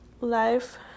life